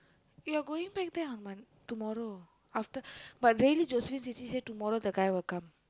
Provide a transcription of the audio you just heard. you're going back there on mon~ tomorrow after but really Josephine சித்தி:siththi say tomorrow the guy will come